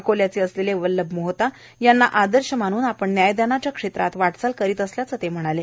अकोल्याचे असलेले वल्लभ मोहता यांना आदर्श मानून आपण न्यायदानाच्या क्षेत्रात वाटचाल करीत असल्याचे सांगितले